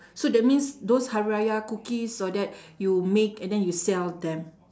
so that means those hari-raya cookies all that you make and then you sell them